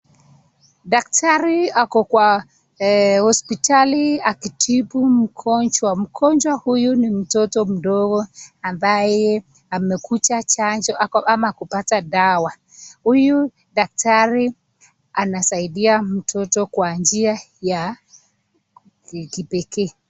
Daktari ako kwa hospitali, akitibu mgonjwa, mgonjwa huyu ni mtoto mdogo, ambaye amekuja chanjo, ama kupata dawa, huyu daktari anasaidia mtoto kwa njia ya kipekee.